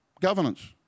governance